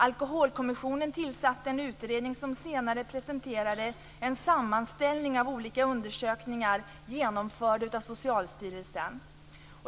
Alkoholkommissionen tillsatte en utredning som senare presenterade en sammanställning av olika undersökningar genomförda av Socialstyrelsen.